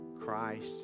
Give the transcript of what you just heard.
Christ